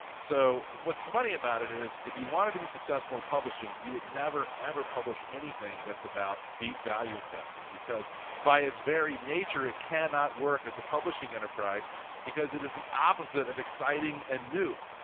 so what's so funny about it is if you wanted to be successful in publishing you would never, ever publish anything that's about deep value investing because by its very nature it cannot work as a publishing enterprise because it is the opposite of exciting and new.